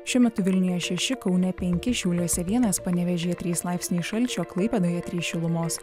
šiuo metu vilniuje šeši kaune penki šiauliuose vienas panevėžyje trys laipsniai šalčio klaipėdoje trys šilumos